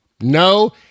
No